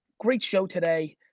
great show today,